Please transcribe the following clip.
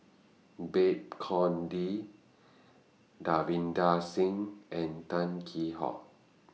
Babes Conde Davinder Singh and Tan Kheam Hock